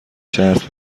شرط